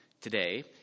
today